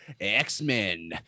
X-Men